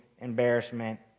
embarrassment